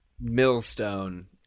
millstone